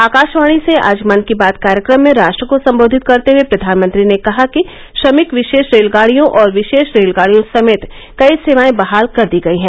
आकाशवाणी से आज मन की बात कार्यक्रम में राष्ट्र को संबोधित करते हुए प्रधानमंत्री ने कहा कि श्रमिक विशेष रेलगाड़ियों और विशेष रेलगाड़ियों समेत कई सेवाएं बहाल कर दी गई हैं